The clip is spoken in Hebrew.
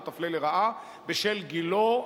לא תפלה לרעה בשל גילו,